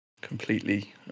completely